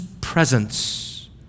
presence